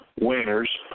Winners